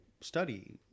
study